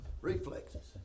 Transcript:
Reflexes